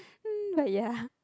mm but ya